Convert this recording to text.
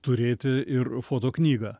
turėti ir foto knygą